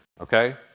okay